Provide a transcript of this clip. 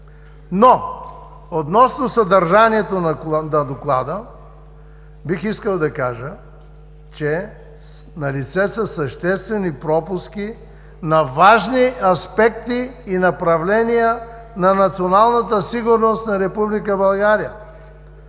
Но относно съдържанието на Доклада, бих искал да кажа, че са налице съществени пропуски на важни аспекти и направления на националната сигурност на